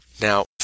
Now